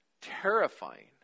terrifying